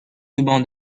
ruban